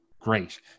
great